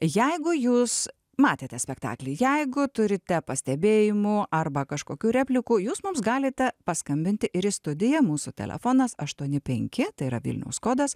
jeigu jūs matėte spektaklį jeigu turite pastebėjimų arba kažkokių replikų jūs mums galite paskambinti ir į studiją mūsų telefonas aštuoni penki tai yra vilniaus kodas